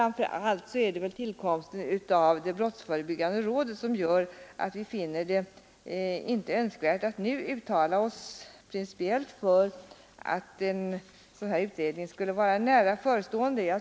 Det är alltså tillkomsten av det brottsförebyggande rådet som gör att vi nu inte finner det önskvärt att uttala oss principiellt för att utredningen skulle vara nära förestående.